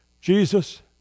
Jesus